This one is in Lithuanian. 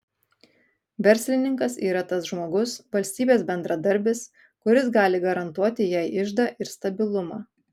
verslininkas yra tas žmogus valstybės bendradarbis kuris gali garantuoti jai iždą ir stabilumą